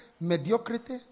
mediocrity